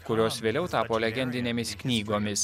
kurios vėliau tapo legendinėmis knygomis